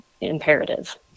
imperative